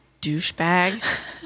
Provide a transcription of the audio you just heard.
douchebag